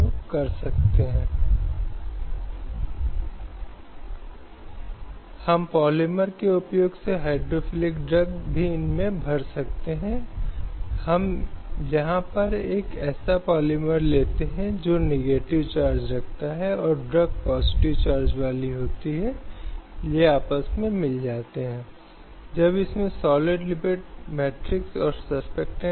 क्योंकि अदालत ने इस तथ्य को स्वीकार किया कि यह महिला का विशेष अधिकार है कि वह अपने यौन और प्रजनन विकल्पों के संबंध में निर्णय ले और चाहे वह बच्चा पैदा करना चाहती है या बच्चा नहीं चाहती है और इसे अनुच्छेद 21 के तहत भारतीय संविधान के जीवन के अधिकार में शामिल किया जाएगा